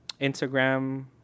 Instagram